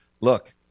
look